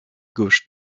gauche